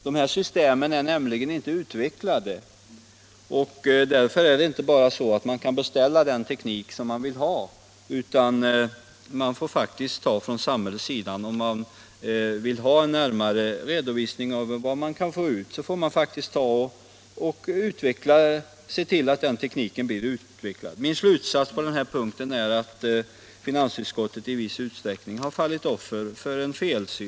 De här systemen är nämligen inte utvecklade, och därför kan man inte bara beställa den teknik som man vill ha, utan man får faktiskt från samhällets sida — om man vill ha en närmare redovisning av vad man kan få ut — se till att den tekniken blir utvecklad. Min slutsats på den här punkten är att finansutskottet i viss utsträckning har fallit offer för en felsyn.